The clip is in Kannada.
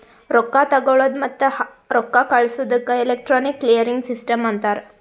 ರೊಕ್ಕಾ ತಗೊಳದ್ ಮತ್ತ ರೊಕ್ಕಾ ಕಳ್ಸದುಕ್ ಎಲೆಕ್ಟ್ರಾನಿಕ್ ಕ್ಲಿಯರಿಂಗ್ ಸಿಸ್ಟಮ್ ಅಂತಾರ್